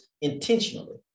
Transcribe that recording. intentionally